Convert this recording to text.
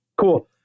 cool